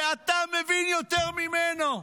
ואתה מבין יותר ממנו?